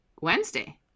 Wednesday